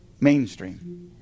Mainstream